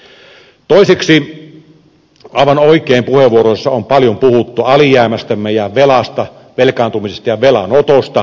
toiseksi aivan oikein puheenvuoroissa on paljon puhuttu alijäämästämme ja velasta velkaantumisesta ja velanotosta